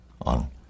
on